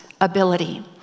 ability